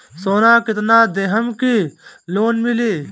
सोना कितना देहम की लोन मिली?